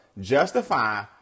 Justify